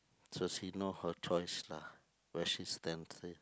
so she know her choice lah where she stands